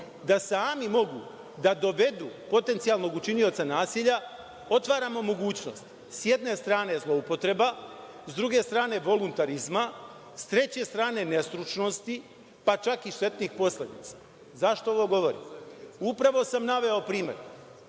da sami mogu da dovedu potencijalnog učinioca nasilja, otvaramo mogućnost, s jedne strane zloupotreba, s druge strane voluntarizma, s treće strane nestručnosti, pa čak i štetnih posledica.Zašto ovo govorim? Upravo sam naveo primer,